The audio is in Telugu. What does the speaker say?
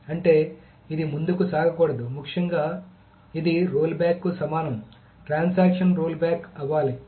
అంటే ఇది ముందుకు సాగకూడదు ముఖ్యంగా ఇది రోల్ బ్యాక్ కి సమానం ట్రాన్సాక్షన్ రోల్ బ్యాక్ అవ్వాలి